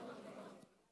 שלום.